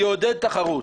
יעודד תחרות.